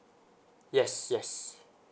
yes yes